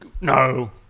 No